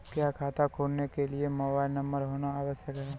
क्या खाता खोलने के लिए मोबाइल नंबर होना आवश्यक है?